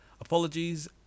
apologies